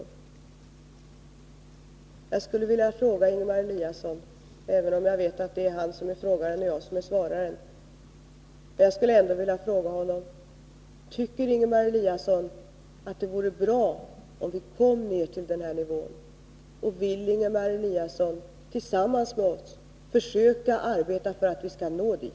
Jag skulle vilja ställa en fråga till Ingemar Eliasson, även om jag vet att det är han som är frågaren och jag som är svararen: Tycker Ingemar Eliasson att det vore bra om vi kom ned till den här nivån? Vill Ingemar Eliasson tillsammans med oss försöka arbeta för att vi skall nå dit?